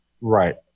Right